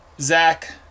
Zach